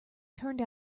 turned